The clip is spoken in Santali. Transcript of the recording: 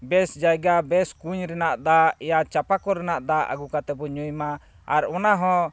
ᱵᱮᱥ ᱡᱟᱭᱜᱟ ᱵᱮᱥ ᱠᱩᱧ ᱨᱮᱱᱟᱜ ᱫᱟᱜ ᱭᱟ ᱪᱟᱯᱟ ᱠᱚᱞ ᱨᱮᱭᱟᱜ ᱫᱟᱜ ᱟᱹᱜᱩ ᱠᱟᱛᱮᱫ ᱵᱚᱱ ᱧᱩᱭᱼᱢᱟ ᱟᱨ ᱚᱱᱟᱦᱚᱸ